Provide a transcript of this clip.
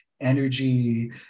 energy